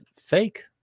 fake